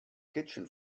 kitchen